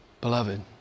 Beloved